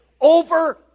over